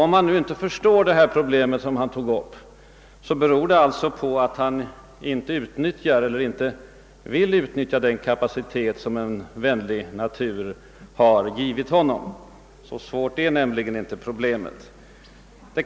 Om han inte förstår det problem han tog upp beror det alltså på att han inte utnyttjar eller inte vill utnyttja den kapacitet som en vänlig natur har givit honom. Problemet är i själva verket inte särskilt svårt.